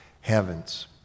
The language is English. heavens